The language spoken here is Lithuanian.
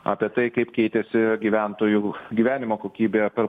apie tai kaip keitėsi gyventojų gyvenimo kokybė per